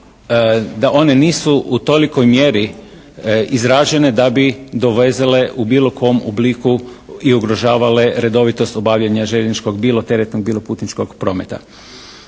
da one nisu u tolikoj mjeri izražene da bi dovele u bilo kom obliku i ugrožavale redovitost obavljanja željezničkog bilo teretnog, bilo putničkog prometa.